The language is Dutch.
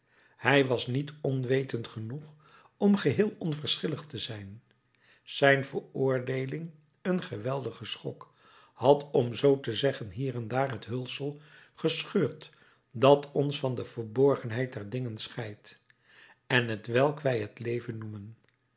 hij was niet onwetend genoeg om geheel onverschillig te zijn zijn veroordeeling een geweldige schok had om zoo te zeggen hier en daar het hulsel gescheurd dat ons van de verborgenheid der dingen scheidt en t welk wij het leven noemen